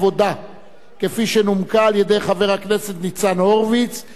כפי שנומקה על-ידי חבר הכנסת ניצן הורוביץ ושכותרתה